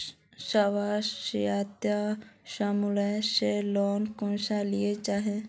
स्वयं सहायता समूह से लोन कुंसम लिया जाहा?